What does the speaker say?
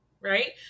right